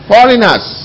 Foreigners